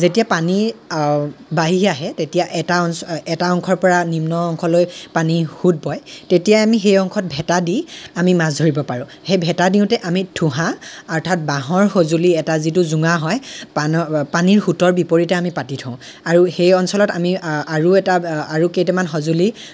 যেতিয়া পানী বাঢ়ি আহে তেতিয়া এটা অঞ্চ এটা অংশৰ পৰা নিম্ন অংশলৈ পানীৰ সোঁত বয় তেতিয়াই আমি সেই অংশত ভেটা দি আমি মাছ ধৰিব পাৰোঁ সেই ভেটা দিওঁতে আমি ঠুহা অৰ্থাৎ বাঁহৰ সজুলি এটা যিটো জোঙা হয় পান পানীৰ সোঁতৰ বিপৰীতে আামি পাতি থওঁ আাৰু সেই অঞ্চলত আমি আাৰু এটা আৰু কেইটামান সঁজুলি